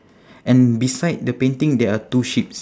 and beside the painting there are two sheeps